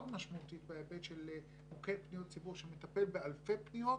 משמעותית בהיבט של מוקד פניות ציבור שמטפל באלפי פניות,